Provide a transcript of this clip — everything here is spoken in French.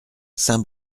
saint